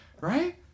Right